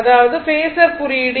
அதாவது பேஸர் குறியீடு